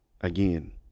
Again